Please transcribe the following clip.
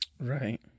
Right